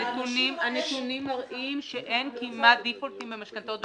הנתונים מראים שאין כמעט דיפולטים במשכנתאות בשנים האחרונות.